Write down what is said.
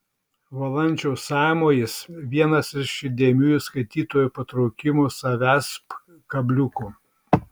valančiaus sąmojis vienas iš įdėmiųjų skaitytojo patraukimo savęsp kabliukų